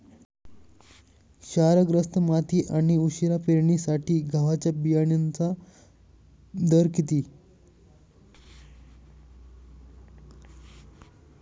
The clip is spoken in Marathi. क्षारग्रस्त माती आणि उशिरा पेरणीसाठी गव्हाच्या बियाण्यांचा दर किती?